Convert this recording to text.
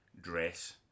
dress